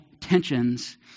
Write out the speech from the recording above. tensions